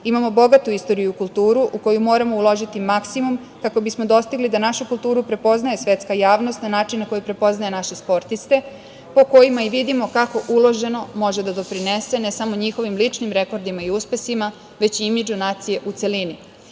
Imamo bogatu istoriju i kulturu, u koju moramo uložiti maksimum kako bismo dostigli da našu kulturu prepoznaje svetska javnost na način na koji prepoznaje naše sportiste po kojima i vidimo kako uloženo može da doprinese ne samo njihovim ličnim rekordima i uspesima, već imidžu nacije u celini. Reči